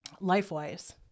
life-wise